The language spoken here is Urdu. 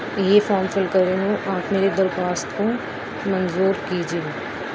یہ فام فل کر رہی ہوں آپ میری درخواست کو منظور کیجیے